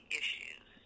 issues